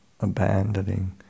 abandoning